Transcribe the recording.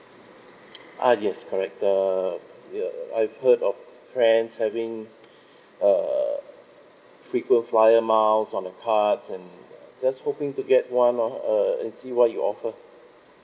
ah yes correct uh err I heard of friends having uh frequent fly air miles from the card and uh just hoping to get one ah uh and see you what you offer